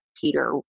Peter